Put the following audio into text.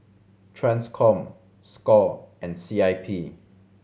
Transcom score and C I P